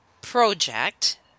project